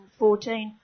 2014